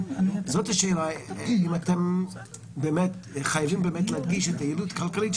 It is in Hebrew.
זאת השאלה: האם אתם באמת חייבים להדגיש את היעילות הכלכלית?